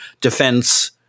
defense